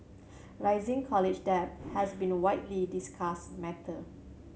rising college debt has been a widely discussed matter